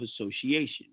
Association